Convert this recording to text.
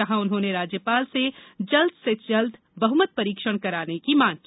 जहां उन्होंने राज्यपाल से जल्द से जल्द बहमत परीक्षण कराने की मांग की